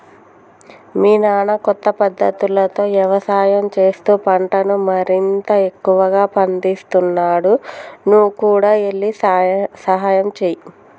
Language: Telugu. మీ నాన్న కొత్త పద్ధతులతో యవసాయం చేస్తూ పంటను మరింత ఎక్కువగా పందిస్తున్నాడు నువ్వు కూడా ఎల్లి సహాయంచేయి